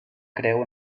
creu